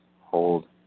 hold